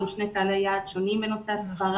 הם שני קהלי יעד שונים בנושא הסברה,